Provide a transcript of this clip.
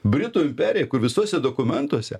britų imperija kur visuose dokumentuose